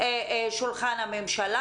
שולחן הממשלה.